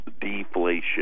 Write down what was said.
deflation